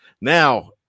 Now